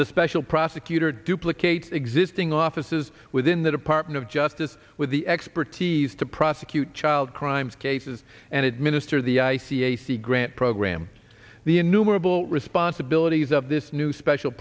the special prosecutor duplicate existing offices within the department of justice with the expertise to prosecute child crimes cases and administer the cac grant program the innumerable responsibilities of this new special